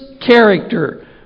character